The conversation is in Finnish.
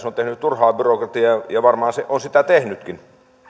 tehnyt turhaa byrokratiaa ja varmaan se on sitä tehnytkin